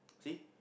see